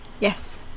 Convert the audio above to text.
Yes